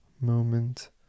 moment